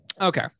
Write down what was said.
Okay